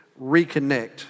reconnect